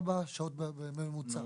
לא, אבל אם הוא עבד 94 שעות בממוצע.